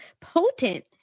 potent